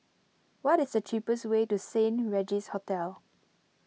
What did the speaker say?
what is the cheapest way to Saint Regis Hotel